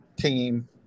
team